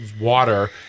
water